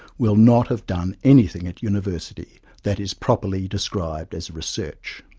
will not have done anything at university that is properly described as research.